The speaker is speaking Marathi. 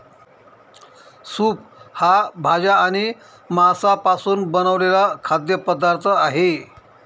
सूप हा भाज्या आणि मांसापासून बनवलेला खाद्य पदार्थ आहे